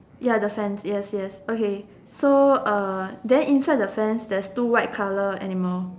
ya the fence yes yes yes okay so uh then inside the fence there's two white colour animal